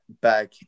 back